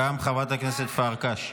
גם חברת הכנסת פרקש.